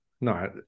No